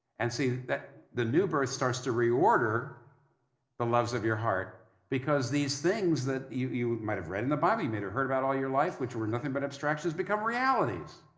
and see, the new birth starts to reorder the loves of your heart because, these things that you you might have read in the bible, you might have heard about all your life, which were nothing but abstractions, become realities.